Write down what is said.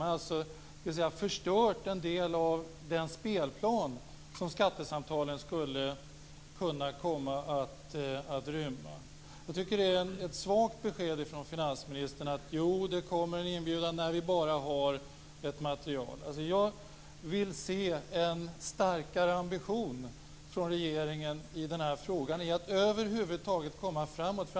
Man har förstört en del av den spelplan som skattesamtalen skulle kunna komma att rymma. Jag tycker att det är ett svagt besked från finansministern att det kommer en inbjudan, bara man har ett material. Jag vill se en starkare ambition från regeringen i den här frågan för att över huvud taget komma framåt.